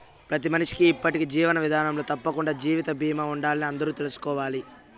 ప్రతి మనిషికీ ఇప్పటి జీవన విదానంలో తప్పకండా జీవిత బీమా ఉండాలని అందరూ తెల్సుకోవాలి